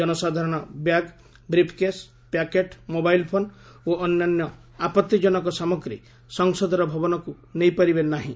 ଜନସାଧାରଣ bag briefcase packet mobile phone ଓ ଅନ୍ୟ ଆପତ୍ତିଜନକ ସାମଗ୍ରୀ ସଂସଦର ଭବନକୁ ନେଇ ଯାଇପାରିବେ ନାହିଁ